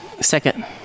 Second